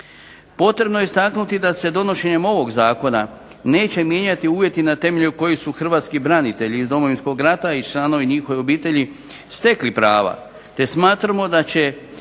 Potrebno je istaknuti da se donošenjem ovog zakona neće mijenjati uvjeti na temelju kojih su hrvatski branitelji iz Domovinskog rata i članovi njihove obitelji stekli prava te smatramo da će